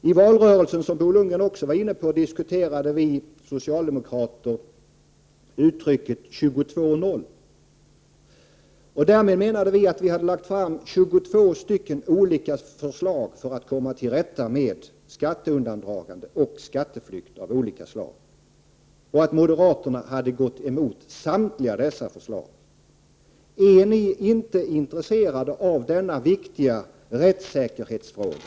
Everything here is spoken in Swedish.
I valrörelsen — Bo Lundgren var också inne på den saken — diskuterade vi socialdemokrater uttrycket 22-0. Därmed menade vi att vi hade lagt fram 22 olika förslag i syfte att komma till rätta med skatteundandragande och skatteflykt av olika slag och att moderaterna hade gått emot samtliga dessa förslag. Är ni inte intresserade av denna viktiga rättssäkerhetsfråga?